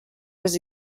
was